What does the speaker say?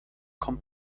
kommt